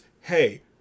hey